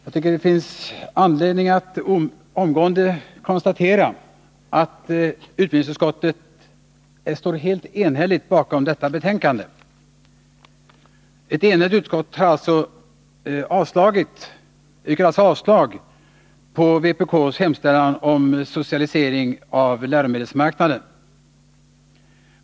Herr talman! Det finns anledning att omgående konstatera att utbildningsutskottet enhälligt står bakom detta betänkande. Ett enigt utskott yrkar alltså avslag på vpk:s hemställan om socialisering av läromedelsmarknaden.